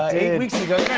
eight weeks ago. yeah